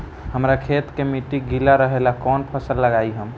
हमरा खेत के मिट्टी गीला रहेला कवन फसल लगाई हम?